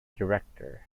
director